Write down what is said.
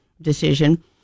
decision